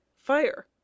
fire